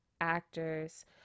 actors